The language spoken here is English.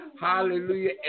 Hallelujah